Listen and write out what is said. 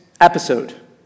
episode